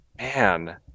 man